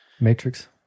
Matrix